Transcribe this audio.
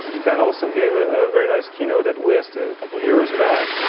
dan olsen gave a very nice keynote at west a couple of years back.